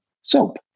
soap